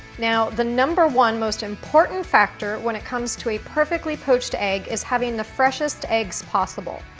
now the number one most important factor when it comes to a perfectly poached egg is having the freshest eggs possible.